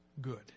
good